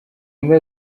mbwa